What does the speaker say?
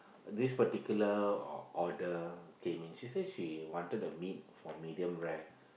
this particular order came in she said she wanted a meat for medium rare